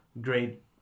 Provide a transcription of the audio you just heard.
great